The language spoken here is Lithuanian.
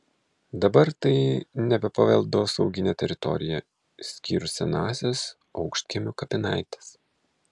dabar tai nebe paveldosauginė teritorija išskyrus senąsias aukštkiemių kapinaites